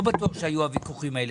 לא בטוח שהיו הוויכוחים האלה.